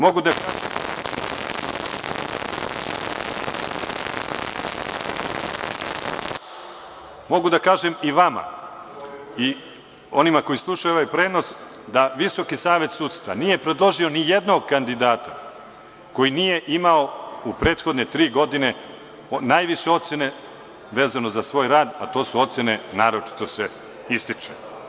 Mogu da kažem i vama i onima koji slušaju ovaj prenos da VSS nije predložio nijednog kandidata koji nije imao u prethodne tri godine najviše ocene vezano za svoj rad, a to su ocene – naročito se ističe.